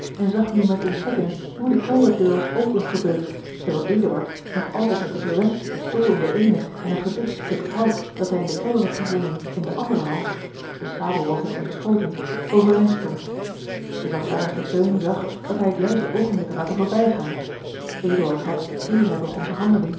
en zag nu met ontzetting hoe de kelderdeur was opengebeukt terwijl eduard nog altijd met de verwenschte pistool in de eene en een geducht stuk hout dat hij in den kelder had gevonden in de andere hand de sabel was hem ontschoten overeind stond de zachtaardige teun zag dat hij het juiste oogenblik had laten voorbijgaan eduard had eer hij begon te handelen